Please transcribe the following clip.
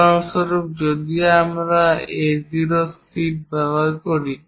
উদাহরণস্বরূপ যদি আমরা A0 শীট ব্যবহার করি